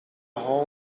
whole